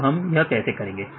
अब हम यह कैसे करेंगे